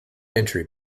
entry